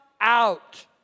out